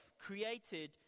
created